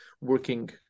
working